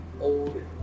old